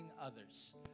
others